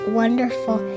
wonderful